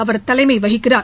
அவர் தலைமை வகிக்கிறார்